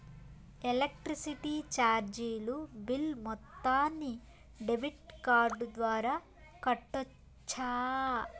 Electricity చార్జీలు bill మొత్తాన్ని debit card ద్వారా కట్టొచ్చా?